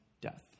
death